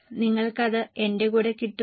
നിങ്ങൾക്കത് എന്റെ കൂടെ കിട്ടുമോ